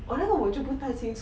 orh 那个我就不太清楚